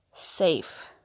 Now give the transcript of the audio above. Safe